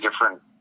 different